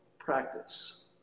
practice